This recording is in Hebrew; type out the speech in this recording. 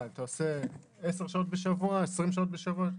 - אם אתה עושה עשר שעות בשבוע או 20 שעות בשבוע,